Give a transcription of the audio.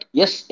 yes